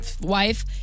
wife